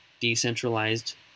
decentralized